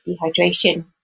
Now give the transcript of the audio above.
dehydration